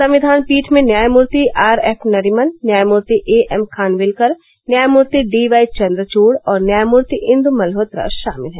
संविधान पीठ में न्यायमूर्ति आर एफ नरीमन न्यायमूर्ति ए एम खानविलकर न्यायमूर्ति डी वाई चंद्रचूड़ और न्यायमूर्ति इंदु मल्होत्रा शामिल हैं